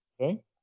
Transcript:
Okay